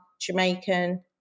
Jamaican